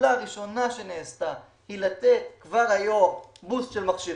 הפעולה הראשונה שנעשתה היא לתת כבר היום בוסט של מכשירים,